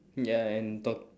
ya and talk